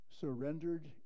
surrendered